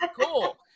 cool